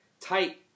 tight